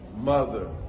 mother